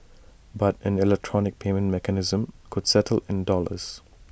but an electronic payment mechanism could settle in dollars